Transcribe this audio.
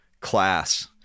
class